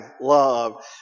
love